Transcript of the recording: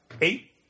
eight